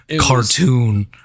cartoon